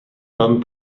werden